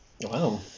Wow